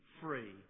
free